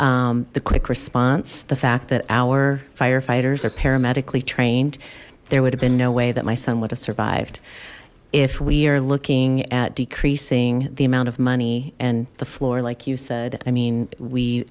the quick response the fact that our firefighters are para medically trained there would have been no way that my son would have survived if we are looking at decreasing the amount of money and the floor like you said i mean we